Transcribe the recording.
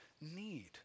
need